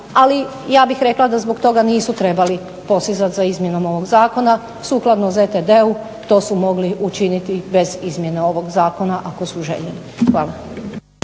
Ali ja bih rekla da zbog toga nisu trebali posezat za izmjenama ovog zakona. Sukladno ZTD-u to su mogli učiniti bez izmjene ovog zakona ako su željeli. Hvala.